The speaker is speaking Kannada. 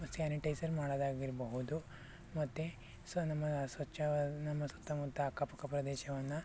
ಮತ್ತು ಸ್ಯಾನಿಟೈಸರ್ ಮಾಡೋದಾಗಿರ್ಬಹುದು ಮತ್ತೆ ಸೊ ನಮ್ಮ ಸ್ವಚ್ಚವಾದ ನಮ್ಮ ಸುತ್ತಮುತ್ತ ಅಕ್ಕಪಕ್ಕ ಪ್ರದೇಶವನ್ನು